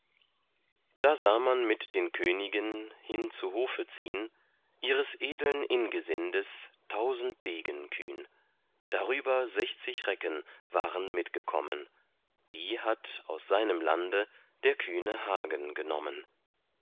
da sah man mit den königen hin zu hofe ziehn ihres edeln ingesindes tausend degen kühn darüber sechzig recken waren mitgekommen die hatt aus seinem lande der kühne hagen genommen